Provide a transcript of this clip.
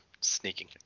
sneaking